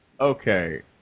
okay